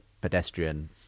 pedestrian